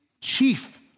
chief